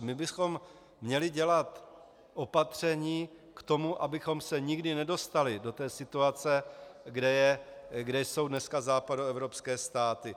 My bychom měli dělat opatření k tomu, abychom se nikdy nedostali do situace, kde jsou dneska západoevropské státy.